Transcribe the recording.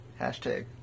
Hashtag